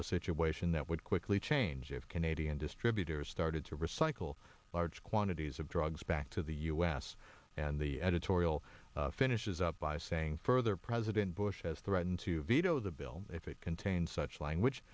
a situation that would quickly change of canadian distributors started to recycle large quantities of drugs back to the u s and the editorial finishes up by saying further president bush has threatened to veto the bill if it contains such language